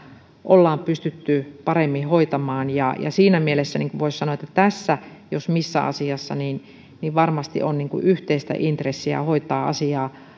ollaan pystytty paremmin hoitamaan siinä mielessä voisi sanoa että tässä jos missä asiassa varmasti on yhteistä intressiä hoitaa asiaa